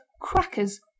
Crackers